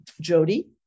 Jody